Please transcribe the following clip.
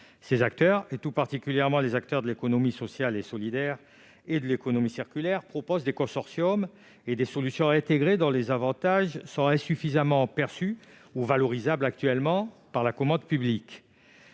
Ces acteurs, tout particulièrement ceux de l'économie sociale et solidaire et de l'économie circulaire, proposent des consortiums et des solutions intégrées dont les avantages sont insuffisamment perçus ou valorisables actuellement par la commande publique.